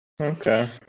Okay